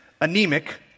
anemic